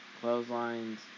Clotheslines